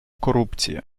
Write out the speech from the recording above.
корупція